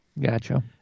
Gotcha